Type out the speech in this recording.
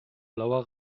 blauer